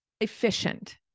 efficient